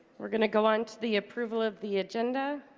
we're gonna go on to the approval of the agenda,